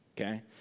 okay